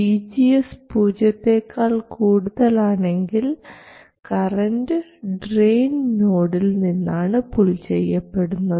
vgs പൂജ്യത്തെക്കാൾ കൂടുതലാണെങ്കിൽ current drain നോഡിൽ നിന്നാണ് പുൾ ചെയ്യപ്പെടുന്നത്